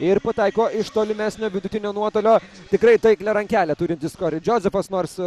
ir pataiko iš tolimesnio vidutinio nuotolio tikrai taiklią rankelę turintis kori džozefas nors